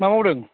मा मावदों